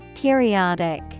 Periodic